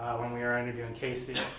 when we were interviewing casey,